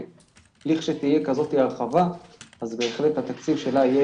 ולכשתהיה כזאת הרחבה בהחלט התקציב שלה יהיה